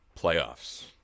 playoffs